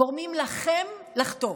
גורמים לכם לחטוף.